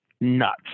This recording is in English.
nuts